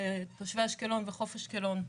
לתושבי אשקלון וחוף אשקלון.